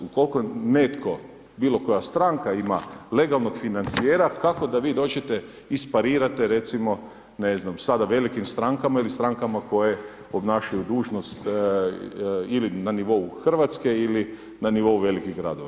Ukoliko netko, bilo koja stranka ima legalnog financijera, kako da vi dođete i sparirate recimo, ne znam, sada velikim strankama ili strankama koje obnašaju dužnost ili na nivou RH ili na nivou velikih gradova.